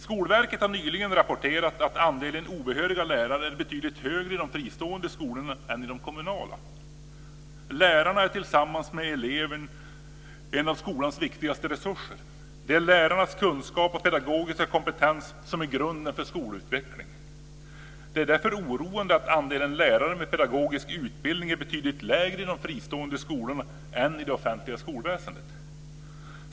Skolverket har nyligen rapporterat att andelen obehöriga lärare är betydligt högre i de fristående skolorna än i de kommunala. Lärarna är tillsammans med eleverna bland de viktigaste av skolans resurser. Det är lärarnas kunskap och pedagogiska kompetens som är grunden för skolutvecklingen. Det är därför oroande att andelen lärare med pedagogisk utbildning är betydligt lägre i de fristående skolorna än i det offentliga skolväsendet.